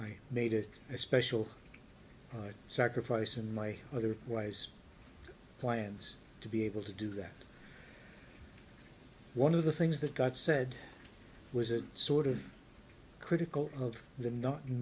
i made it a special sacrifice and my other wise plans to be able to do that one of the things that got said was a sort of critical of the